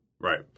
Right